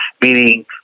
meaning